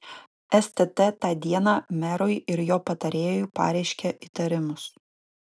stt tą dieną merui ir jo patarėjui pareiškė įtarimus